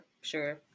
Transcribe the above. sure